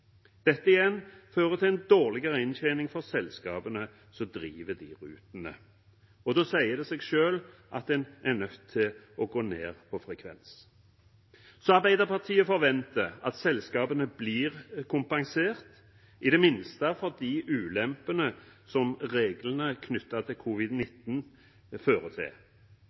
Dette fører igjen til en dårligere inntjening for selskapene som driver de rutene, og da sier det seg selv at en er nødt til å gå ned på frekvens. Arbeiderpartiet forventer at selskapene blir kompensert, i det minste for de ulempene som reglene knyttet til covid-19 fører til,